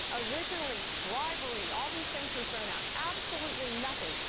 originally bribery, all these things were thrown out. absolutely nothing.